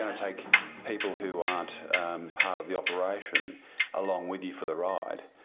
take people who aren't part of the operation along with you for the ride,